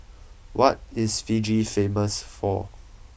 what is Fiji famous for